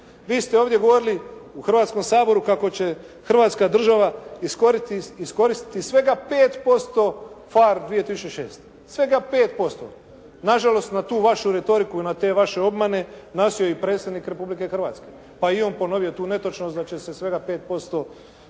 Vi ste ovdje govorili u Hrvatskom saboru kako će Hrvatska država iskoristiti svega 5% FAR 2006., svega 5%, nažalost na tu vašu retoriku i na te vaše obmane, nasjeo je i predsjednik Republike Hrvatske, pa je i on ponovio tu netočnost da će se svega 5%